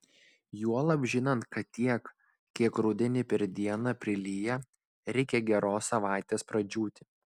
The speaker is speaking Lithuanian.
juolab žinant kad tiek kiek rudenį per dieną prilyja reikia geros savaitės pradžiūti